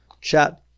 chat